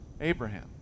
Abraham